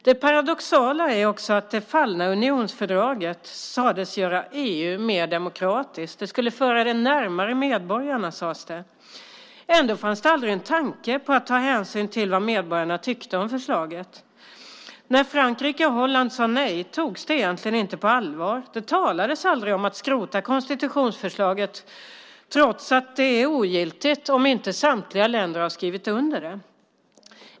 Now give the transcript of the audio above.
Det paradoxala är också att det fallna unionsfördraget sades göra EU mer demokratiskt. Det skulle föra det närmare medborgarna, sades det. Ändå fanns det aldrig en tanke på att ta hänsyn till vad medborgarna tyckte om förslaget. När Frankrike och Holland sade nej togs det egentligen inte på allvar. Det talades aldrig om att skrota konstitutionsförslaget, trots att det är ogiltigt om inte samtliga länder har skrivit under.